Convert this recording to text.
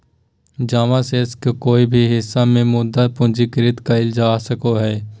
जमा शेष के कोय भी हिस्सा के मुद्दा से पूंजीकृत कइल जा सको हइ